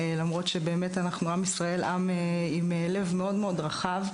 למרות שעם ישראל הוא עם לב מאוד-מאוד רחב,